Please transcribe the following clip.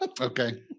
Okay